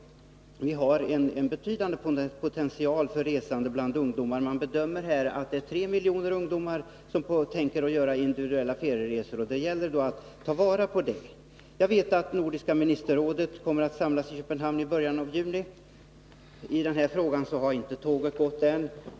Vi har en betydande potential för resande bland ungdomar. Man bedömer att det är 3 miljoner ungdomar som tänker göra individuella ferieresor. Det gäller att ta vara på de möjligheter detta ger. Jag vet att Nordiska ministerrådet kommer att samlas i Köpenhamn i början av juni. När det gäller denna fråga har inte tåget gått än.